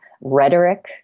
rhetoric